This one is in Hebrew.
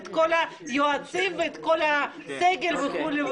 את כל היועצים והסגל וכולי.